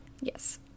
Yes